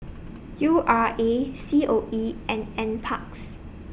U R A C O E and N Parks